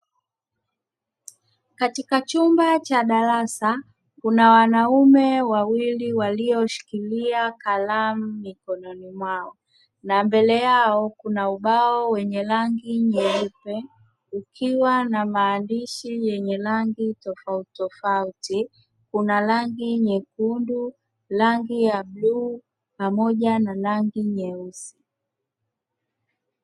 Katika chumba cha darasa, kuna wanaume wawili walioshikilia kalamu mikononi mwao na mbele yao kuna ubao wenye rangi nyeupe, ukiwa na maandishi yenye rangi tofauti tofauti kuna rangi nyekundu, rangi ya bluu pamoja na rangi nyeusi.